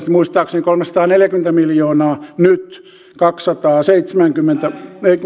muistaakseni kolmesataaneljäkymmentä miljoonaa nyt kaksisataaseitsemänkymmentä